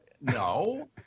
No